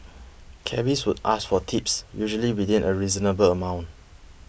cabbies would ask for tips usually within a reasonable amount